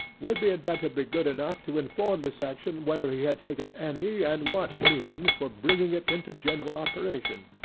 would the inventor be good enough to inform the section whether he had taken any and what means for bringing it into general operation?